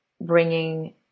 bringing